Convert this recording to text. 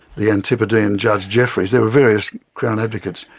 the antipodean judge jeffreys, there were various crown advocates,